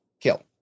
Kill